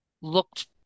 looked